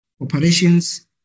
operations